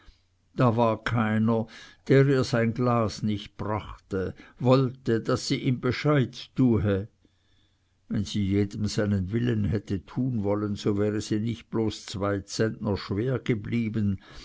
da war keiner der ihr sein glas nicht brachte wollte daß sie ihm bescheid tue wenn sie jedem seinen willen hätte tun wollen so wäre sie nicht bloß zwei zentner schwer geblieben